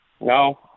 No